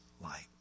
light